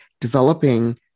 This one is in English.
developing